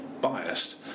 biased